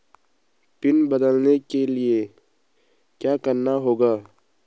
Pin बदलने के लिए क्या करना होगा?